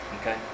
Okay